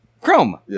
Chrome